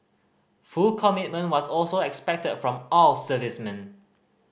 full commitment was also expected from all servicemen